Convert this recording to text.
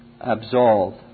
absolved